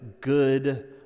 good